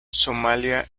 somalia